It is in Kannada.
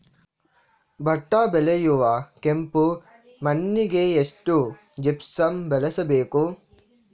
ಭತ್ತ ಬೆಳೆಯುವ ಕೆಂಪು ಮಣ್ಣಿಗೆ ಎಷ್ಟು ಜಿಪ್ಸಮ್ ಬಳಸಬೇಕು?